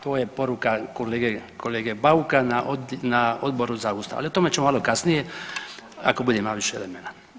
To je poruka kolege Bauka na Odboru za Ustav, ali o tome ću malo kasnije ako budem imao više vremena.